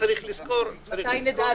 צריך לזכור --- מתי נדע,